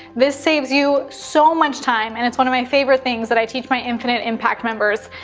this saves you so much time and it's one of my favorite things that i teach my infinite impact members.